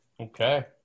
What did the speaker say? Okay